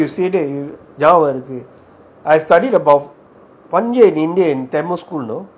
ya ya ya now you say that இருக்கு:irukku I studied about one year in india in tamil school know